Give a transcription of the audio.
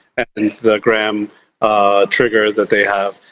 and the graham trigger that they have.